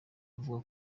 avuga